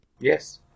Yes